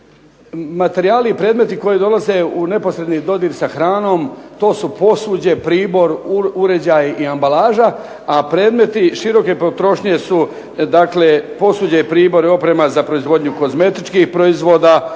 Materijali i predmeti koji dolaze u neposredni dodir sa hranom, to su posuđe, pribor, uređaj i ambalaža, a predmeti široke potrošnje su dakle posuđe, pribor i oprema za proizvodnju kozmetičkih proizvoda